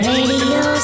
Radio